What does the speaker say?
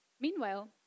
Meanwhile